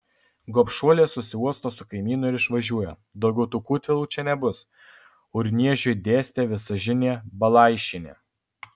gobšuolė susiuosto su kaimynu ir išvažiuoja daugiau tų kūtvėlų čia nebus urniežiui dėstė visažinė balaišienė